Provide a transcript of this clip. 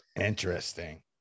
Interesting